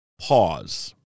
pause